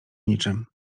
niczym